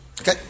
Okay